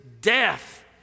death